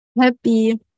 happy